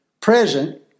present